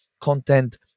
content